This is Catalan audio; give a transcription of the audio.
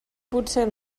potser